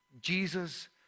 Jesus